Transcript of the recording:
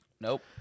Nope